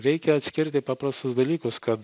reikia atskirti paprastus dalykus kad